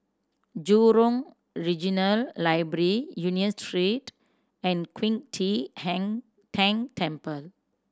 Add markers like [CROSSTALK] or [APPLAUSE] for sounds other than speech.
Jurong Regional Library Union Street and Qing De [UNINTELLIGIBLE] Tang Temple